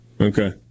Okay